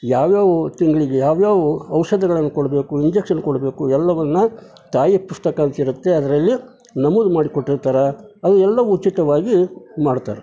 ಯಾವ್ಯಾವ ತಿಂಗಳಿಗೆ ಯಾವ್ಯಾವ ಔಷಧಗಳನ್ನ ಕೊಡಬೇಕು ಇಂಜೆಕ್ಷನ್ ಕೊಡಬೇಕು ಎಲ್ಲವನ್ನೂ ತಾಯಿ ಪುಸ್ತಕ ಅಂತ ಇರುತ್ತೆ ಅದರಲ್ಲಿ ನಮೂದು ಮಾಡಿ ಕೊಟ್ಟಿರ್ತಾರೆ ಅದು ಎಲ್ಲ ಉಚಿತವಾಗಿ ಮಾಡ್ತಾರೆ